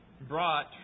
brought